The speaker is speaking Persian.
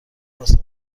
واسه